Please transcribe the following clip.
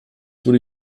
wurde